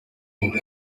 mukuru